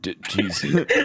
Jesus